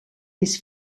his